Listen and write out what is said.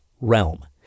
realm